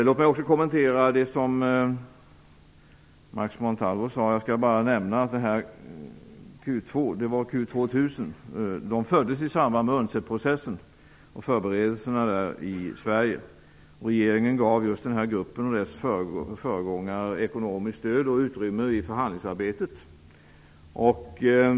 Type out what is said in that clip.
Låt mig också kommentera det som Max Montalvo sade. Jag skall bara nämna att Q 2 var Q 2000. processen och förberedelserna i Sverige. Regeringen gav just den här gruppen och dess föregångare ekonomiskt stöd och utrymme i förhandlingsarbetet.